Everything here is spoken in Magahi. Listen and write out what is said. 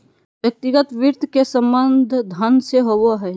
व्यक्तिगत वित्त के संबंध धन से होबो हइ